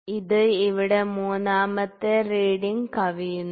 ഇത് ഇവിടെ മൂന്നാമത്തെ റീഡിങ് കവിയുന്നു